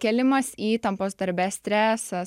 kėlimas įtampos darbe stresas